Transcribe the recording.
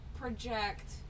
project